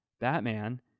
Batman